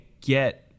get